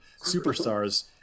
superstars